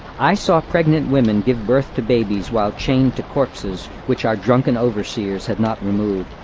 i saw pregnant women give birth to babies while chained to corpses which our drunken overseers had not removed.